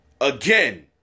again